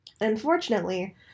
Unfortunately